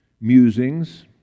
musings